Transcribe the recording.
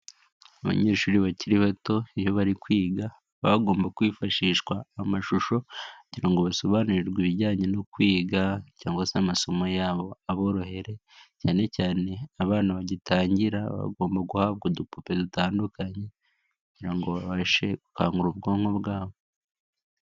Abanyeshuri bakiri bato iyo bari kwiga bagomba kwifashishwa amashusho kugira ngo basobanurirwe ibijyanye no kwiga cyangwa se amasomo yabo aborohere cyanecyane, abana bagitangira bagomba guhabwa udupupe dutandukanye kugira ngo babashe gukangura ubwonko bwabo.